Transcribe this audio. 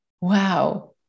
wow